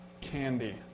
candy